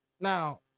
Now